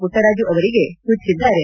ಪುಟ್ಟರಾಜು ಅವರಿಗೆ ಸೂಚಿಸಿದ್ದಾರೆ